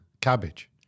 cabbage